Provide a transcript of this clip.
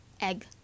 egg